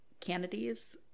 kennedy's